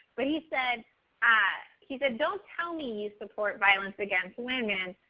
but he said ah he said don't tell me you support violence against women,